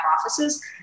offices